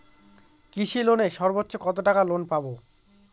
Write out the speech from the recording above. কৃষি লোনে সর্বোচ্চ কত টাকা লোন পাবো?